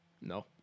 No